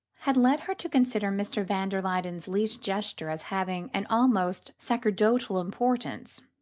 had led her to consider mr. van der luyden's least gesture as having an almost sacerdotal importance.